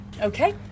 okay